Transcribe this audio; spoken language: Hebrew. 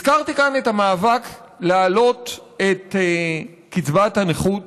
הזכרתי כאן את המאבק להעלות את קצבת הנכות.